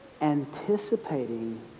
Anticipating